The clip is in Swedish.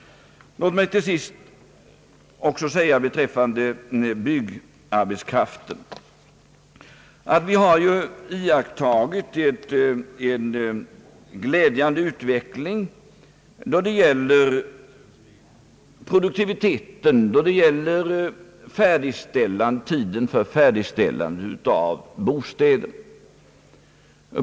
Låt mig till sist också säga beträffande byggarbetskraften att vi har iakttagit en glädjande utveckling av produktiviteten, vilket bl.a. påverkat tiden för färdigställande av bostäder.